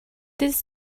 this